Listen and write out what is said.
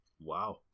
Wow